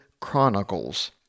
Chronicles